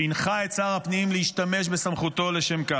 שהנחה את שר הפנים להשתמש בסמכותו לשם כך.